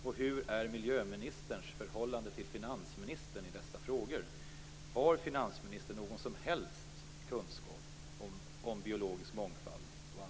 Och hur är miljöministerns förhållande till finansministern i dessa frågor? Har finansministern någon som helst kunskap om biologisk mångfald?